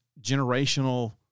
generational